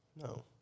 No